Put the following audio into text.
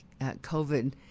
COVID